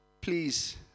please